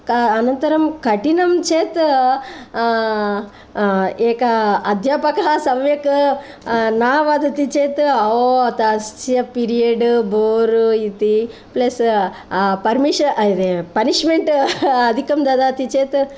क अनन्तरं कठिनं चेत् एकः अध्यापकः सम्यक् न वदति चेत् ओ तस्य पीरियड् बोर् इति प्लस् पर्मिष् पनिश्मेण्ट् अधिकं ददाति चेत्